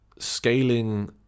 scaling